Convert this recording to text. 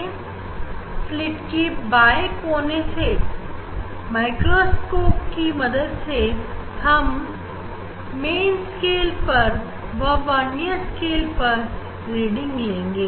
slit के बाय किनारे से माइक्रोस्कोप की मदद से हम मेन स्केल व वर्नियर स्केल रीडिंग लेंगे